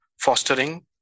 fostering